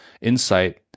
insight